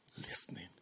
listening